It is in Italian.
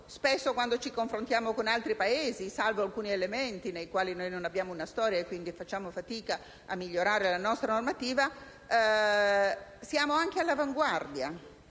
spesso, quando ci confrontiamo con altri Paesi - salvo alcuni elementi nei quali non abbiamo una storia, quindi facciamo fatica a migliorare la nostra normativa - siamo anche all'avanguardia.